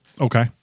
Okay